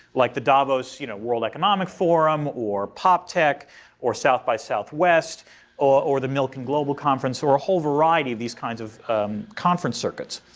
like the davos you know world economic forum or poptech or south by southwest or or the milken global conference, or a whole variety of these kinds of conference circuits.